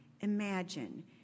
imagine